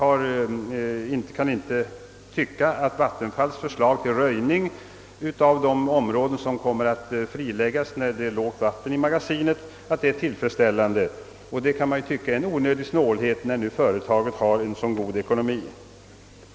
Nämnden tycker inte att vattenfallsstyrelsens förslag till röjning av de områden, som kommer att friläggas vid lågt vattenstånd i magasinet är tillfredsställande, vilket kan förefalla som en onödig snålhet med hänsyn till att företaget i fråga har så god ekonomi.